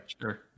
Sure